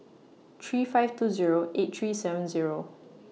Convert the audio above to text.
three five two Zero eight three seven Zero